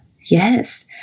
yes